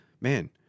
man